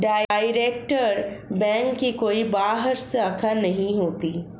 direct bank की कोई बाह्य शाखा नहीं होती